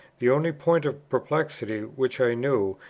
the only point of perplexity which i knew,